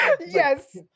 Yes